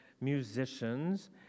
musicians